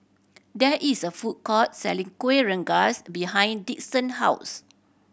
there is a food court selling Kueh Rengas behind Dixon house